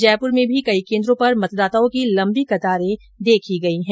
जयपूर में भी कई केन्द्रों पर मतदाताओं की लम्बी कतारें देखी जा रही है